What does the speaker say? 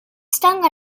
stung